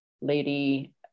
lady